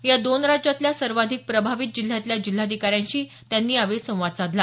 या दोन राज्यांतल्या सर्वाधिक प्रभावित जिल्ह्यांतल्या जिल्हाधिकाऱ्यांशी त्यांनी यावेळी संवाद साधला